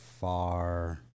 far